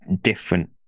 different